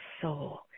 soul